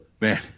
man